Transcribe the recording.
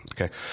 Okay